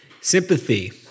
Sympathy